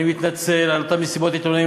אני מתנצל על אותן מסיבות עיתונאים